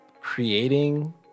creating